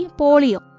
polio